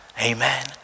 Amen